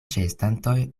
ĉeestantoj